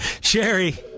Sherry